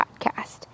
podcast